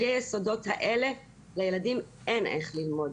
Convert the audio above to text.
בלי היסודות האלה לילדים אין איך ללמוד.